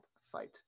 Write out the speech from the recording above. fight